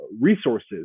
resources